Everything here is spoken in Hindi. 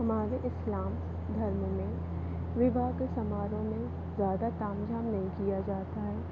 हमारे इस्लाम धर्म में विवाह के समारोह में ज्यादा ताम झाम नहीं किया जाता है